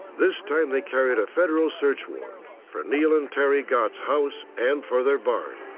this time, they carried a federal search warrant for neil and terry gott's house and for their barn.